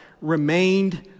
remained